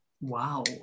Wow